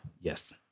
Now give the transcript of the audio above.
Yes